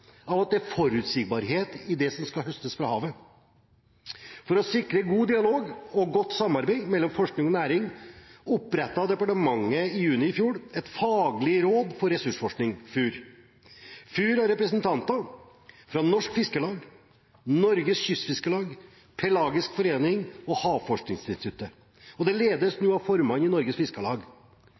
av at det er forutsigbarhet i det som skal høstes fra havet. For å sikre god dialog og godt samarbeid mellom forskning og næring opprettet departementet i juni i fjor et faglig råd for ressursforskning, FUR. FUR har representanter fra Norges Fiskarlag, Norges Kystfiskarlag, Pelagisk Forening og Havforskningsinstituttet, og det ledes nå av formannen i Norges Fiskarlag.